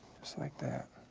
just like that.